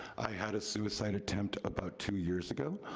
i had a suicide attempt about two years ago.